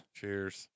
cheers